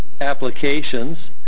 applications –